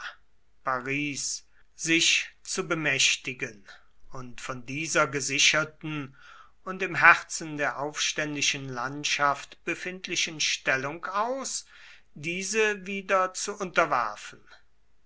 sich zu bemächtigen und von dieser gesicherten und im herzen der aufständischen landschaft befindlichen stellung aus diese wieder zu unterwerfen